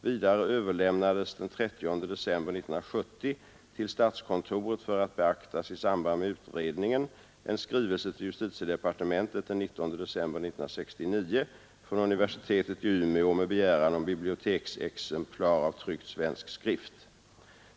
Vidare överlämnades den 30 december 1970 till statskontoret för att beaktas i samband med utredningen en skrivelse till justitiedepartementet den 19 december 1969 från universitetet i Umeå med begäran om biblioteksexemplar av tryckt svensk skrift.